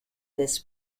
this